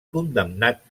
condemnat